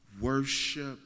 worship